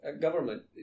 government